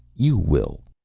you will.